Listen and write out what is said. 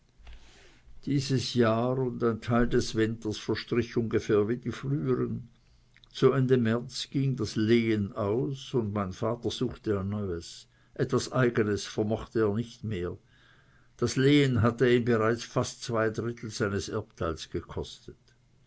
dieses jahr und ein teil des winters verstrich ungefähr wie die frühern zu ende märz ging das lehen aus und mein vater suchte ein neues etwas eigenes vermochte er nicht mehr das lehen hatte ihn bereits fast zwei drittel seines erbteils gekostet